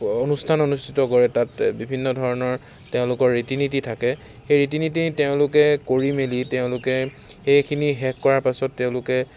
অনুষ্ঠান অনুষ্ঠিত কৰে তাত বিভিন্ন ধৰণৰ তেওঁলোকৰ ৰীতি নীতি থাকে সেই ৰীতি নীতি তেওঁলোকে কৰি মেলি তেওঁলোকে সেইখিনি শেষ কৰাৰ পাছত তেওঁলোকে